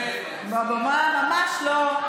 ממש לא.